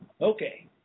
Okay